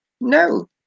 No